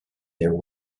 their